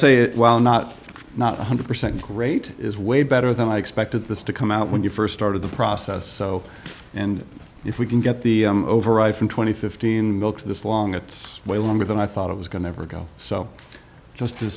while not not one hundred percent great is way better than i expected this to come out when you first started the process so and if we can get the override from twenty fifteen to this long it's way longer than i thought it was going to ever go so just to